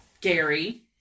Gary